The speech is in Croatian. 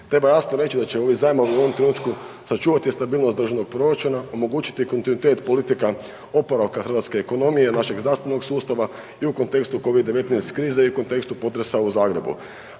Treba jasno reći da će ovi zajmovi u ovom trenutku sačuvati stabilnost državnog proračuna, omogućiti kontinuitet politika oporavka hrvatske ekonomije, našeg zdravstvenog sustava i u kontekstu Covid-19 krize i u kontekstu potresa u Zagrebu.